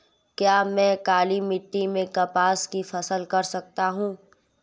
क्या मैं काली मिट्टी में कपास की फसल कर सकता हूँ?